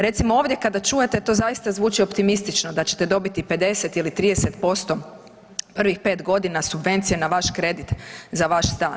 Recimo ovdje kada čujete to zaista zvuči optimistično da ćete dobiti 50 ili 30% prvih 5.g. subvencije na vaš kredit za vaš stan.